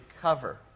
cover